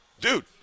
Dude